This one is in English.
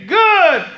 good